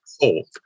cold